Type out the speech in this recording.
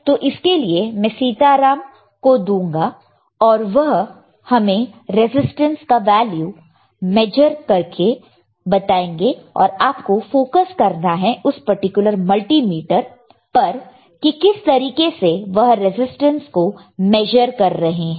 तो इसके लिए मैं सीताराम को दूंगा और वह हमें रेसिस्टेंस का वैल्यू मेजर करके बताएंगे और आप को फोकस करना है उस पर्टिकुलर मल्टीमीटर पर कि किस तरीके से वह रेसिस्टेंस को मेजर कर रहे हैं